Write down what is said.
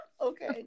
Okay